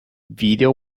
video